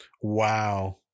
Wow